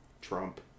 Trump